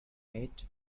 mate